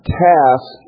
task